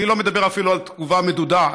אני לא מדבר אפילו על תגובה מדודה,